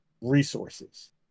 resources